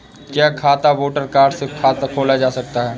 क्या खाता voter card से खोला जा सकता है?